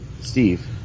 Steve